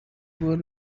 عبور